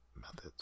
methods